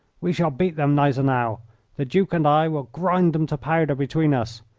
we shall beat them, gneisenau the duke and i will grind them to powder between us.